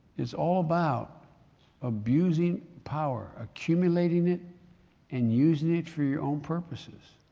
it's all about abusing power. accumulating it and using it for your own purposes.